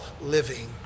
living